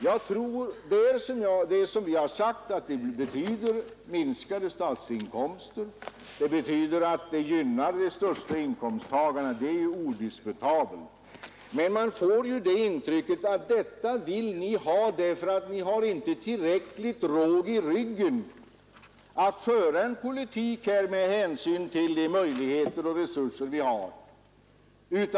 Det är som vi har sagt att det betyder minskade statsinkomster och det gynnar de största inkomsttagarna — det är odiskutabelt. Men man får ju det intrycket, att detta vill ni ha därför att ni inte har tillräckligt med råg i ryggen för att föra en politik som tar hänsyn till de möjligheter och resurser vi har.